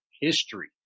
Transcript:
history